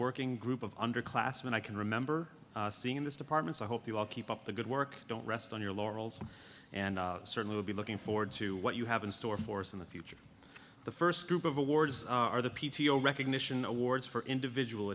working group of underclassmen i can remember seeing in this department so i hope you all keep up the good work don't rest on your laurels and i certainly will be looking forward to what you have in store for us in the future the st group of awards are the p t o recognition awards for individual